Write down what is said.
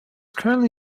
currently